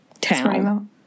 town